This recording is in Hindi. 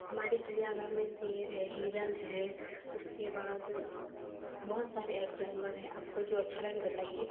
हमारे चिड़ियाघर में शेर है हिरण है उसके बाद बहुत सारे और जानवर हैं आपको जो अच्छा लगे बताइए